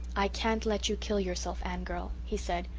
i can't let you kill yourself, anne-girl, he said.